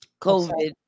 COVID